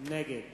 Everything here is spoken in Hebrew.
נגד